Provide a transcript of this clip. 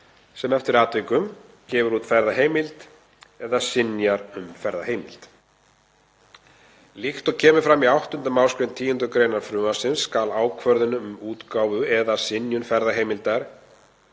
sem eftir atvikum gefur út ferðaheimild eða synjar um ferðaheimild. Líkt og kemur fram í 8. mgr. 10. gr. frumvarpsins skal ákvörðun um útgáfu eða synjun ferðaheimildar